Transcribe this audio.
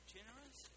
Generous